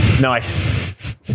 nice